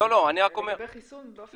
זה לגבי חיסון באופן כללי.